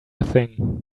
thing